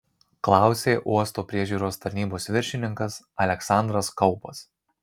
klausė uosto priežiūros tarnybos viršininkas aleksandras kaupas